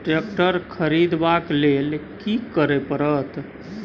Tractor खरीदबाक लेल की करय परत?